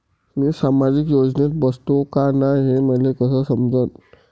मी सामाजिक योजनेत बसतो का नाय, हे मले कस समजन?